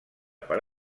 per